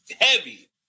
Heavy